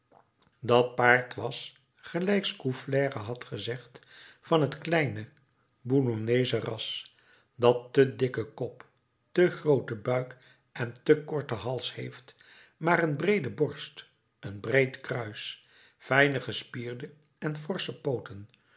dat paard was gelijk scaufflaire had gezegd van het kleine boulonneesche ras dat te dikken kop te grooten buik en te korten hals heeft maar een breede borst een breed kruis fijne gespierde en forsche pooten